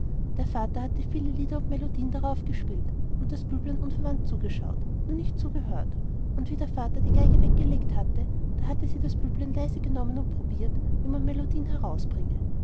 der vater hatte viele lieder und melodien darauf gespielt und das büblein unverwandt zugeschaut nicht nur zugehört und wie der vater die geige weggelegt hatte da hatte sie das büblein leise genommen und probiert wie man die melodien herausbringe